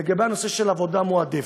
לגבי הנושא של עבודה מועדפת,